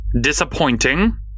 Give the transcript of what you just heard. Disappointing